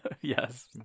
Yes